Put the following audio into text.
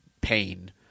pain